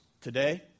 today